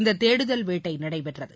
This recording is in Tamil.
இந்த தேடுதல் வேட்டை நடைபெற்றது